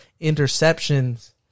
interceptions